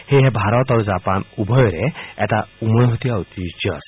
সেয়েহে ভাৰত আৰু জাপান উভয়ৰে এটা উমৈহতীয়া ঐতিহ্য আছে